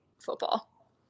football